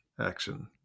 action